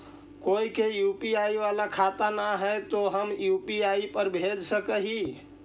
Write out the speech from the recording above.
कोय के यु.पी.आई बाला खाता न है तो हम यु.पी.आई पर भेज सक ही?